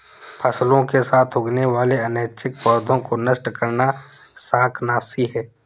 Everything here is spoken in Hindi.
फसलों के साथ उगने वाले अनैच्छिक पौधों को नष्ट करना शाकनाशी है